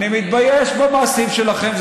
אני מתבייש במעשים שלכם.